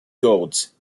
goats